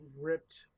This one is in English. ripped